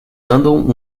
andam